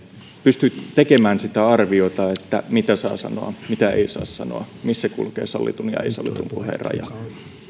pysty tekemään sitä arviota että mitä saa sanoa mitä ei saa sanoa missä kulkee sallitun ja ei sallitun puheen raja